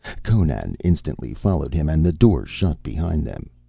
conan instantly followed him, and the door shut behind them.